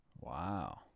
wow